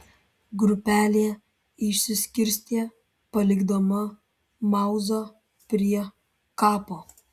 grupelė išsiskirstė palikdama mauzą prie kapo